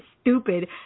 stupid